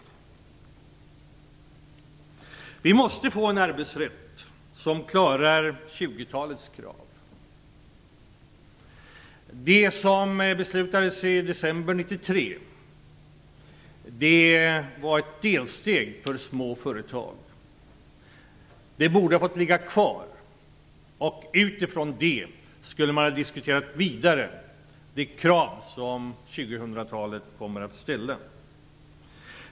Vi måste få en arbetsrätt som klarar 2000-talets krav. Det beslut som fattades i december 1993 var ett delsteg för små företag. Det borde ha fått kvarstå. Med den utgångspunkten skulle man diskutera vidare om de krav som 2000-talet kommer att ställa.